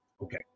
Okay